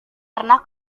pernah